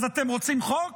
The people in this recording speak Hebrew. אז אתם רוצים חוק